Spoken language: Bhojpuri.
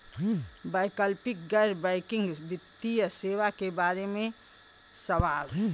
वैकल्पिक गैर बैकिंग वित्तीय सेवा के बार में सवाल?